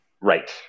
Right